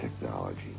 technology